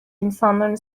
insanların